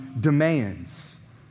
demands